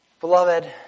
Beloved